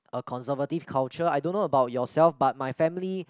a conservative culture I don't know about yourself but my family